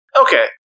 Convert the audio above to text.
Okay